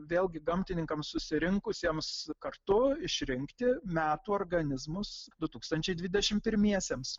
vėlgi gamtininkams susirinkusiems kartu išrinkti metų organizmus du tūkstančiai dvidešim pirmiesiams